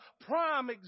prime